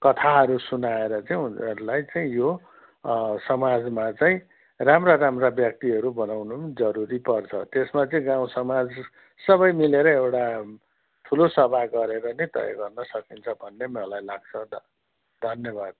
कथाहरू सुनाएर चाहिँ उनीहरूलाई चाहिँ यो समाजमा चाहिँ राम्रा राम्रा व्यक्तिहरू बनाउनु जरुरी पर्छ त्यसमा चाहिँ गाउँ समाज सबै मिलेर एउटा ठुलो सभा गरेर नै तय गर्नु सकिन्छ भन्ने मलाई लाग्छ ध धन्यवाद